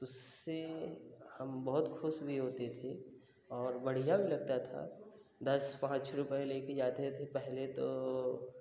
तो से हम बहुत खुश भी होते थे और बढ़िया भी लगता था दस पाँच रुपए लेके जाते थे पहले तो